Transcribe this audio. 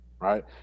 Right